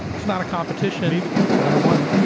it's not a competition, but i won it.